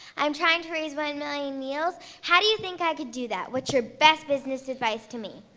i'm trying to raise one million yields, how do you think i could do that? what's your best business advice to me?